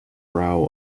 brow